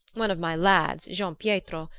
one of my lads, gianpietro,